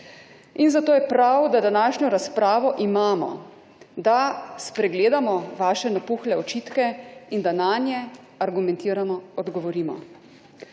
In zato je prav, da današnjo razpravo imamo, da spregledamo vaše napuhle očitke in da nanje argumentiramo, odgovorimo.